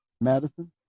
Madison